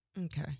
Okay